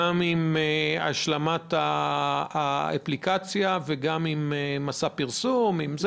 גם עם השלמת האפליקציה וגם עם מסע פרסום של זה.